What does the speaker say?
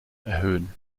erhöhen